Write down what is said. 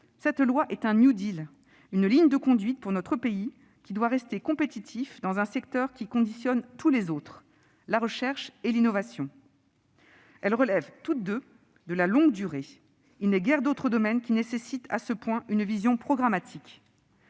de loi est un, une ligne de conduite pour notre pays, qui doit rester compétitif dans un secteur qui conditionne tous les autres : celui de la recherche et de l'innovation, lesquelles relèvent toutes deux de la longue durée. Il n'est guère d'autre domaine qui nécessite à ce point une vision programmatique.